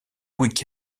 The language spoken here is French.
week